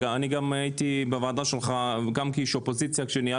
אני הייתי בוועדה שלך גם כאיש אופוזיציה עת